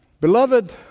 Beloved